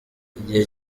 igihe